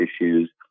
issues